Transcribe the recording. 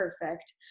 perfect